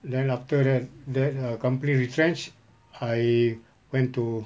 then after that that the company retrench I went to